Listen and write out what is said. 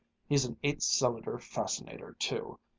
he's an eight-cylinder fascinator too,